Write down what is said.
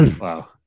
Wow